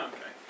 Okay